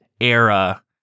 era